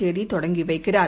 தேதிதொடங்கிவைக்கிறார்